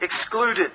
excluded